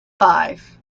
five